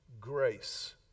Grace